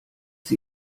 sie